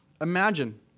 Imagine